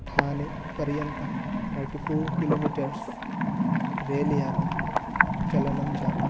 थाने पर्यन्तं thirty four kilometres रेल्यानं चालनं जातं